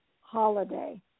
holiday